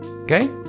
Okay